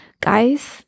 guys